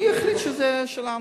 מי החליט שזה שלנו?